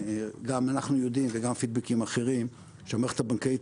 גם אנחנו יודעים וגם פידבקים אחרים שהמערכת הבנקאית